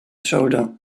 shoulder